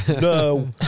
no